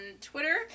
Twitter